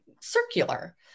circular